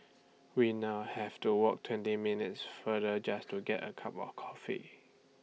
we now have to walk twenty minutes farther just to get A cup of coffee